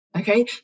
okay